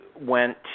went